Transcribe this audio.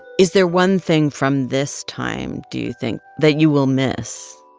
is there one thing from this time, do you think, that you will miss?